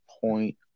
point